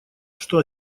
что